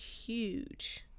huge